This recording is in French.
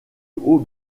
haut